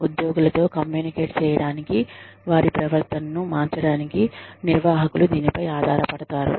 ఉద్యోగులతో కమ్యూనికేట్ చేయడానికి వారి ప్రవర్తనను మార్చడానికి నిర్వాహకులు దీనిపై ఆధారపడతారు